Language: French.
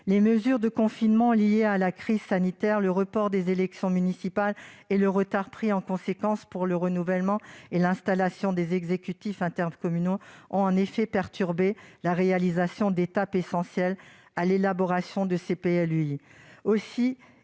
Les mesures de confinement liées à la crise sanitaire, le report des élections municipales et le retard consécutif pour le renouvellement et l'installation des exécutifs intercommunaux ont perturbé la réalisation d'étapes essentielles à l'élaboration de ces PLUI.